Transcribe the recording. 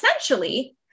essentially